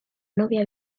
novia